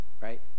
right